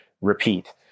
repeat